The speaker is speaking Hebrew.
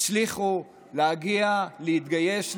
הצליחו להתגייס,